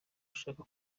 ushaka